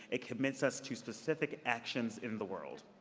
it commits us to specific actions in the world.